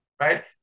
right